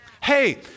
Hey